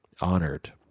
honored